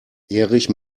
erich